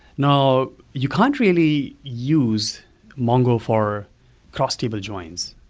now, you can't really use mongo for cross-table joints,